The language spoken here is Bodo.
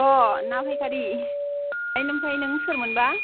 अ ना फायखारि ओमफाय नों सोरमोनबा